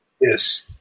Yes